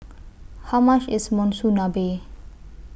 How much IS Monsunabe